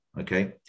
Okay